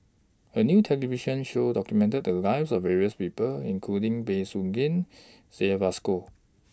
A New television Show documented The Lives of various People including Bey Soo Khiang Syed Alsagoff